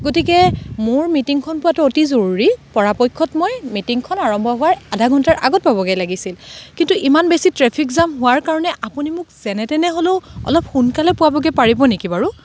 গতিকে মোৰ মিটিংখন পোৱাটো অতি জৰুৰী পৰাপক্ষত মই মিটিংখন আৰম্ভ হোৱাৰ আধা ঘণ্টাৰ আগত পাবগে লাগিছিল কিন্তু ইমান বেছি ট্ৰেফিক জাম হোৱাৰ কাৰণে আপুনি মোক যেনেতেনে হ'লেও অলপ সোনকালে পোৱাবগে পাৰিব নেকি বাৰু